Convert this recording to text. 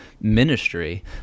ministry